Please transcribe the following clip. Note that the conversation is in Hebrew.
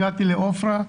הגעתי לעופרה,